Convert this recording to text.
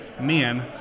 men